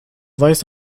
weiß